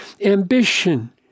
ambition